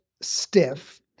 stiff